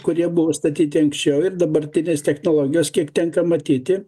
kurie buvo statyti anksčiau ir dabartinės technologijos kiek tenka matyti